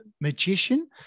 magician